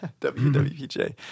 WWPJ